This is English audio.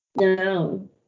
No